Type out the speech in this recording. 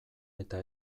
eta